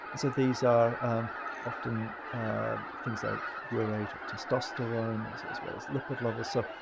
these are often things like your age or testosterone as as well as lipid levels. so,